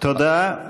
תודה.